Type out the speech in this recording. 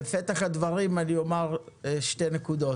בפתח הדברים אני אומר שתי נקודות: